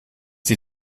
die